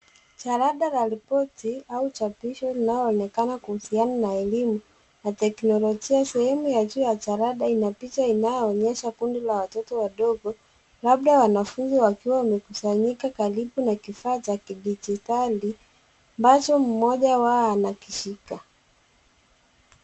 Jarada la ripoti au cha vision linaloonekana kuhusiana na elimu na teknolojia sehemu ya juu ya jarada ina picha inayoonyesha kundi la watoto wadogo labda wanafunzi wakiwa wamekusanyika karibu na kifaa cha kidijitali ambacho mmoja wao anakishika.